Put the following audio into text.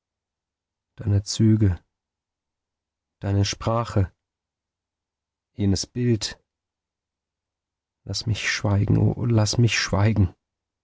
deine züge deine sprache jenes bild laß mich schweigen o laß mich schweigen